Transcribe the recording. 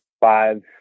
five